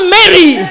Mary